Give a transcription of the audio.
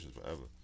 forever